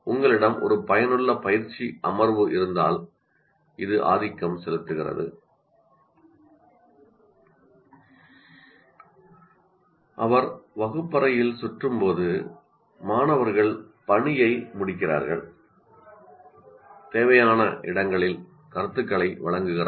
உங்களிடம் ஒரு பயனுள்ள பயிற்சி அமர்வு இருந்தால் இது ஆதிக்கம் செலுத்துகிறது அவர் சுற்றும் போது மாணவர்கள் பணியை முடிக்கிறார்கள் தேவையான இடங்களில் கருத்துக்களை வழங்குகிறார்கள்